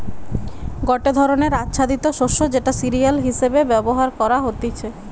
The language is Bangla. গটে ধরণের আচ্ছাদিত শস্য যেটা সিরিয়াল হিসেবে ব্যবহার করা হতিছে